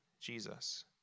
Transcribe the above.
Jesus